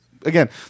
Again